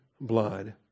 blood